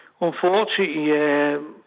unfortunately